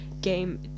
game